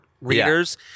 readers